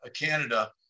Canada